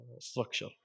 structure